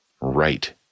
Right